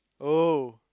oh